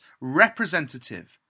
representative